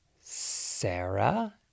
Sarah